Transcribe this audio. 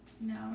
No